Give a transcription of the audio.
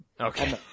okay